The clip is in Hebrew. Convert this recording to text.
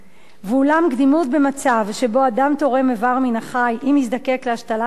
אולם קדימות במצב שבו אדם תורם איבר מהחי אם יזדקק להשתלת איברים